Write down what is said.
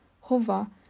hova